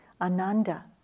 Ananda